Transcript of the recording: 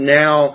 now